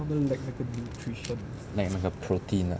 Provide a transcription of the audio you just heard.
lack 那个 protein ah